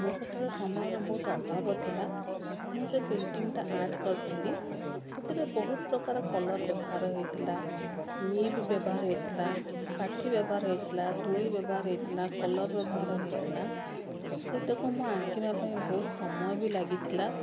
ମୋର ସେତେବେଳେ ସମୟର ବହୁତ ଅଭାବ ଥିଲା ମୁଁ ସେ ପେଣ୍ଟିଙ୍ଗଟା ଆର୍ଟ କରିଥିଲି ସେଥିରେ ବହୁତ ପ୍ରକାର କଲର୍ ବ୍ୟବହାର ହେଇଥିଲା ନିବ ବ୍ୟବହାର ହେଇଥିଲା କାଠି ବ୍ୟବହାର ହେଇଥିଲା ତୂଳି ବ୍ୟବହାର ହେଇଥିଲା କଲର ବ୍ୟବହାର ହେଇଥିଲା ସେଇଟାକୁ ମୁଁ ଆଙ୍କିବା ପାଇଁ ବହୁତ ସମୟ ବି ଲାଗିଥିଲା